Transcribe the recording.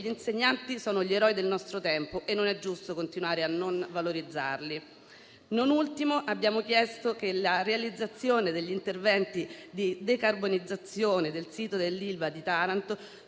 insegnanti sono gli eroi del nostro tempo e non è giusto continuare a non valorizzarli. Non ultimo, abbiamo chiesto che la realizzazione degli interventi di decarbonizzazione del sito dell'Ilva di Taranto